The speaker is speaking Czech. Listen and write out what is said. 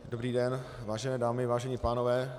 Dobrý den, vážené dámy, vážení pánové.